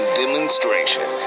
demonstration